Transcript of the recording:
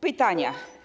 Pytania.